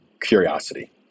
curiosity